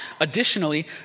Additionally